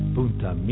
Punta